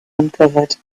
uncovered